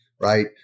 right